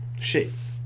Shades